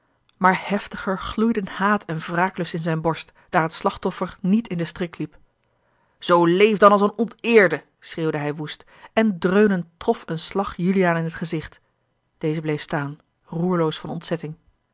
maar heftiger gloeiden haat en wraaklust in zijne borst daar het slachtoffer niet in den strik liep zoo leef dan als een onteerde schreeuwde hij woest en dreunend trof een slag juliaan in t gezicht deze bleef staan roerloos van ontzetting